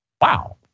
Wow